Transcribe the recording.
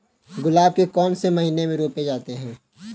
गुलाब के पौधे कौन से महीने में रोपे जाते हैं?